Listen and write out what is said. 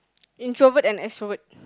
introvert and extrovert